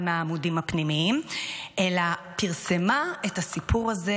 מהעמודים הפנימיים אלא פרסמה את הסיפור הזה